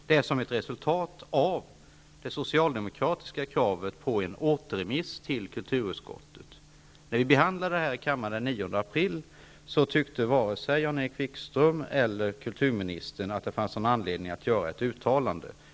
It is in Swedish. Det är då som ett resultat av det socialdemokratiska kravet på återremiss till kulturutskottet. När vi behandlade frågan här i kammaren den 9 april, tyckte varken Jan-Erik Wikström eller kulturministern att det fanns någon anledning att göra ett uttalande.